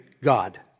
God